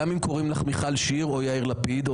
גם אם קוראים לך מיכל שיר או יאיר לפיד,